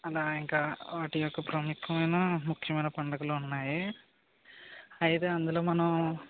అలా ఇంకా వాటి యొక్క ప్రాముఖ్యమైన ముఖ్యమైన పండగలు ఉన్నాయి అయితే అందులో మనం